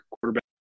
quarterback